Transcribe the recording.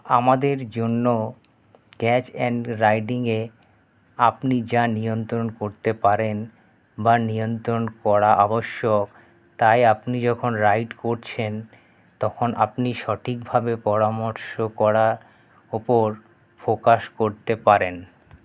আমাদের জন্য catch and রাইডিংয়ে আপনি যা নিয়ন্ত্রণ করতে পারেন বা নিয়ন্ত্রণ করা আবশ্যক তাই আপনি যখন রাইড করছেন তখন আপনি সঠিকভাবে পরামর্শ করার উপর ফোকাস করতে পারেন